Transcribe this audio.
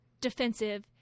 defensive